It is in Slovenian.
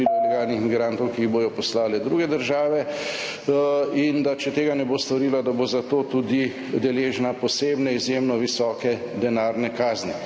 ki jih bodo poslale druge države, in da če tega ne bo storila, bo zato tudi deležna posebne, izjemno visoke denarne kazni.